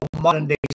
modern-day